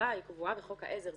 העבירה קבועה בחוק העזר,